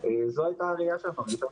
זאת הייתה הראייה שלנו.